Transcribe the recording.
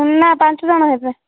ନା ପାଞ୍ଚ ଜଣ ହେବେ